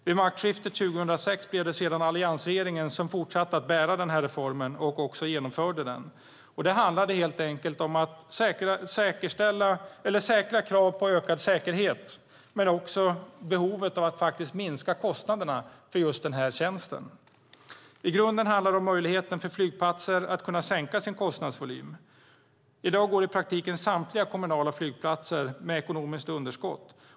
Vid maktskiftet 2006 blev det sedan alliansregeringen som fortsatte att bära denna reform och också genomförde den. Det handlade helt enkelt om att säkra krav på ökad säkerhet men också om behovet av att minska kostnader för just denna tjänst. I grunden handlar det om möjligheten för flygplatser att sänka sin kostnadsvolym. I dag går i praktiken samtliga kommunala flygplatser med ekonomiskt underskott.